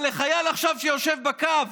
אבל לחייל שעכשיו יושב בקו,